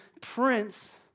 prince